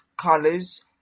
colors